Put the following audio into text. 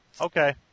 Okay